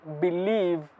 believe